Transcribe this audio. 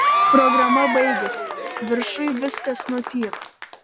programa baigiasi viršuj viskas nutyla